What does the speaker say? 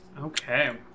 Okay